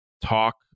talk